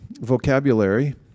vocabulary